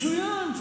מצוין.